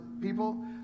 people